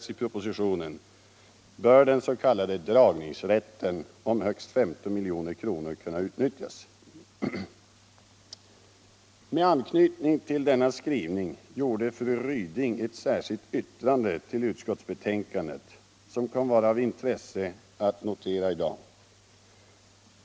Med anknytning till denna skrivning avgav fru Ryding ett särskilt yttrande till utskottsbetänkandet som det är av intresse att notera i dag.